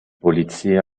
polizia